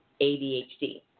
ADHD